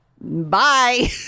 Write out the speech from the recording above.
Bye